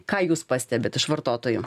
ką jūs pastebit iš vartotojų